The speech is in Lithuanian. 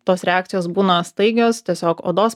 tos reakcijos būna staigios tiesiog odos